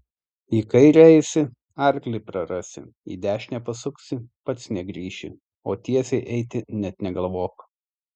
į kairę eisi arklį prarasi į dešinę pasuksi pats negrįši o tiesiai eiti net negalvok